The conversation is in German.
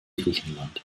griechenland